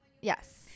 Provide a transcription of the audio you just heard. Yes